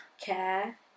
care